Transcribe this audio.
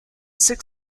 sixth